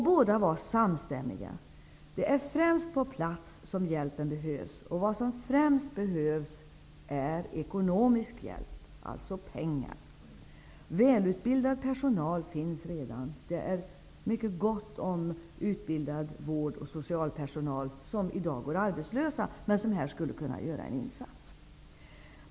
Båda var samstämmiga: det är främst på plats som hjälpen behövs, och vad som främst behövs är ekonomisk hjälp, dvs. pengar. Välutbildad personal finns redan. Det är mycket gott om utbildad vård och socialpersonal som i dag går arbetslös som skulle kunna göra en insats.